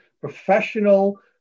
professional